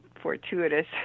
fortuitous